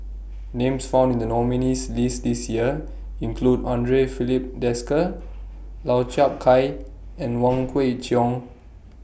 Names found in The nominees' list This Year include Andre Filipe Desker Lau Chiap Khai and Wong Kwei Cheong